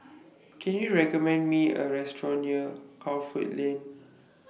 Can YOU recommend Me A Restaurant near Crawford Lane